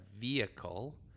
vehicle